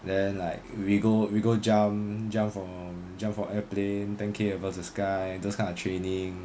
then like we go we go jump jump from jump from airplane ten K above the sky those kind of training